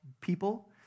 people